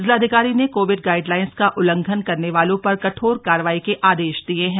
जिलाधिकारी ने Covid guidelines का उल्लंघन करने वालों पर कठोर कारवाई के आदेश दिये हैं